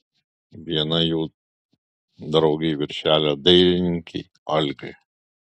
viena jų draugei viršelio dailininkei olgai